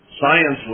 science